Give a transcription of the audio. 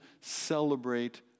celebrate